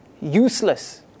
useless